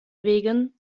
wegen